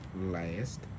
last